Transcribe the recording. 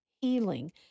healing